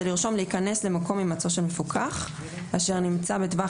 זה לרשום "להיכנס למקום הימצאו של מפוקח אשר נמצא בטווח